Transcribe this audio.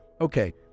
Okay